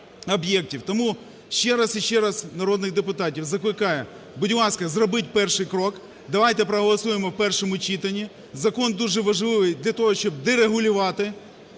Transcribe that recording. Тому ще раз і ще раз народних депутатів закликаю, будь ласка, зробіть перший крок, давайте проголосуємо в першому читанні. Закон дуже важливий для того, щоб дерегулювати